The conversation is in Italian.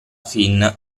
fin